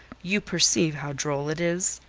you perceive how droll it is.